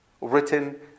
Written